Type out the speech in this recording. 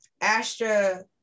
Astra